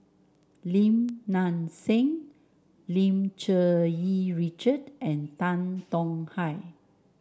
Lim Nang Seng Lim Cherng Yih Richard and Tan Tong Hye